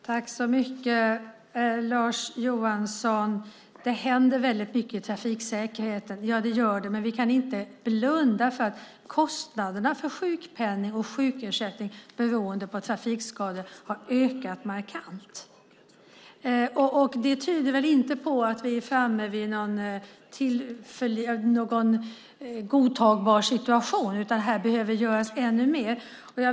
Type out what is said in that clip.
Herr talman! Lars Johansson, det händer väldigt mycket med trafiksäkerheten, men vi kan inte blunda för att kostnaderna för sjukpenning och sjukersättning beroende på trafikskador har ökat markant. Det tyder väl inte på att vi är framme vid någon godtagbar situation, utan här behöver göras ännu mer.